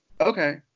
Okay